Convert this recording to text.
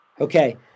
Okay